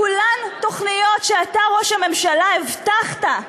כולן תוכניות שאתה, ראש הממשלה, הבטחת,